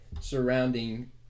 Surrounding